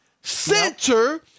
center